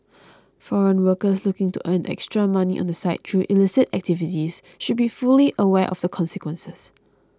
foreign workers looking to earn extra money on the side through illicit activities should be fully aware of the consequences